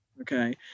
okay